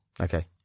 Okay